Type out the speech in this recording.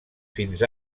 fins